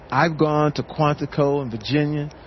i've gone to quantico in virginia,